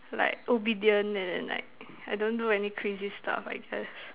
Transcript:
like obedient and then like I don't do any crazy stuff I guess